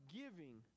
giving